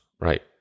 Right